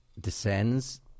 descends